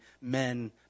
men